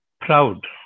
proud